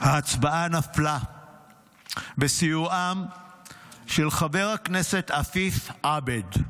ההצבעה נפלה בסיועם של חבר הכנסת עפיף עבד,